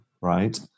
Right